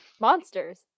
Monsters